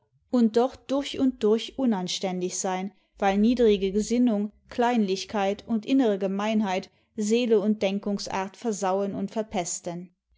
und doch durch und durch unanständig sein weil niedrige gesinnung kleinlichkeit und innere gemeinheit seele und denkungsart versauen und verpesten